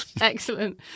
excellent